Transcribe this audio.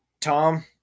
Tom